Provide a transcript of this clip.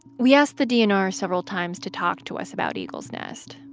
we asked the dnr several times to talk to us about eagles nest.